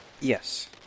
Yes